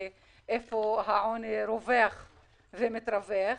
איפה העוני רווח ומתרווח.